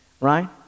right